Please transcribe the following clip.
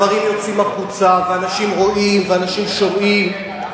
הדברים יוצאים החוצה, ואנשים רואים ואנשים שומעים.